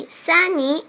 sunny